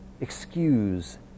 excuse